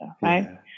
right